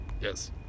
yes